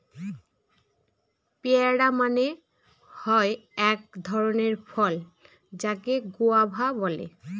পেয়ারা মানে হয় এক ধরণের ফল যাকে গুয়াভা বলে